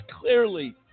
clearly